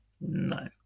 No